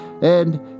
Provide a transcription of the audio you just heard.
and